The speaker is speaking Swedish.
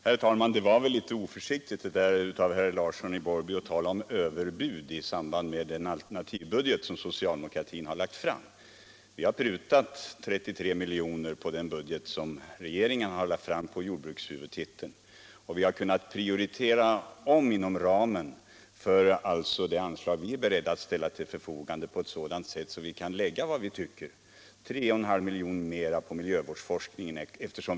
Herr talman! Det var väl litet oförsiktigt av herr Larsson i Borrby att tala om överbud i samband med den alternativbudget som socialdemokratin har lagt fram. Vi har prutat 33 miljoner på den budget som regeringen har lagt fram på jordbrukshuvudtiteln. Vi har kunnat omprioritera inom ramen för det anslag vi är beredda att ställa till förfogande på sådant sätt att vi kan lägga vad vi tycker är angeläget, 3,5 miljoner, mera, på miljövårdsforskningen.